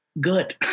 good